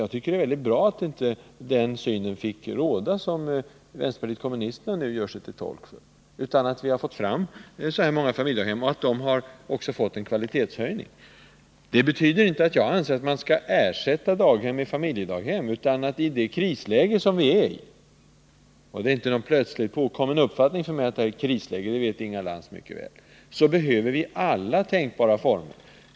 Jag tycker därför att det är bra, att den uppfattning som vänsterpartiet kommunisterna nu gör sig till tolk för inte fick råda. Det är bra att vi har fått fram så här många familjedaghem och att det även har blivit en kvalitetshöjning. Det betyder inte att man bör ersätta daghemmen med familjedaghem, utan att vi i det krisläge som vi befinner oss i — det är inte någon plötsligt påkommen uppfattning från min sida att det är ett krisläge, det vet Inga Lantz mycket väl — så behöver vi alla tänkbara former.